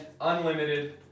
unlimited